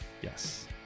Yes